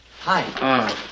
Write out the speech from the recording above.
Hi